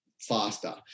faster